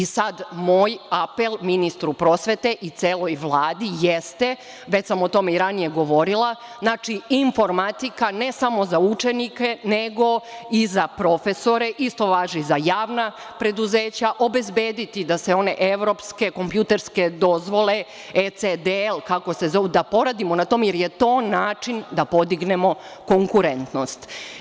Sada moj apel ministru prosvete i celoj Vladi jeste, a već sam o tome i ranije govorila, informatika ne samo za učenike, nego i za profesore, isto važi i za javna preduzeća, obezbediti one evropske kompjuterske dozvole ECDL, kako se zovu, da poradimo na tome, jer je to način da podignemo konkurentnost.